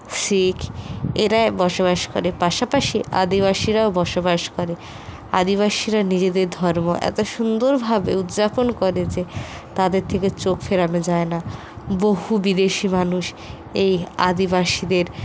শিখ এরা বসবাস করে পাশাপাশি আদিবাসীরাও বসবাস করে আদিবাসীরা নিজেদের ধর্ম এত সুন্দরভাবে উদযাপন করে যে তাদের থেকে চোখ ফেরানো যায় না বহু বিদেশি মানুষ এই আদিবাসীদের